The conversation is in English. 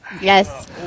Yes